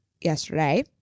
yesterday